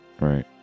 Right